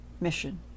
mission